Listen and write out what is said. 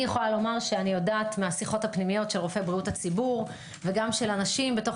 אני יודעת מהשיחות הפנימיות של רופאי בריאות הציבור וגם של אנשים בתוך